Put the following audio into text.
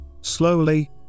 Slowly